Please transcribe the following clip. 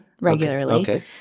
regularly